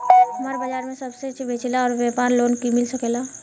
हमर बाजार मे सब्जी बेचिला और व्यापार लोन मिल सकेला?